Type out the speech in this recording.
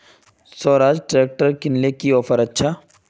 Swaraj tractor किनले की offer अच्छा?